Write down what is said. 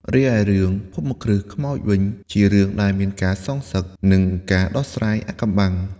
រីឯរឿងភូមិគ្រឹះខ្មោចវិញ ជារឿងដែលមានការសងសឹក និងការដោះស្រាយអាថ៌កំបាំង។